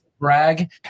brag